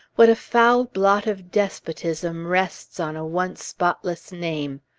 what a foul blot of despotism rests on a once spotless name!